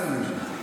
אל תקטעי אותי,